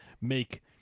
make